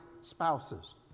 spouses